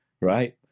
right